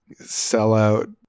sellout